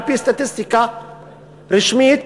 על-פי סטטיסטיקה רשמית,